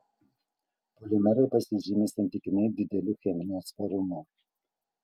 polimerai pasižymi santykinai dideliu cheminiu atsparumu